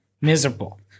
miserable